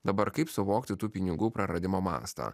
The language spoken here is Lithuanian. dabar kaip suvokti tų pinigų praradimo mastą